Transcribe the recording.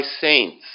saints